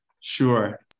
Sure